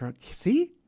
See